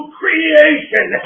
creation